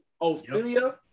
Ophelia